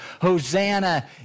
Hosanna